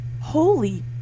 holy